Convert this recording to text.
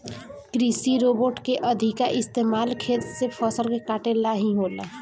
कृषि रोबोट के अधिका इस्तमाल खेत से फसल के काटे ला ही होला